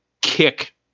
kick